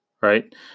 right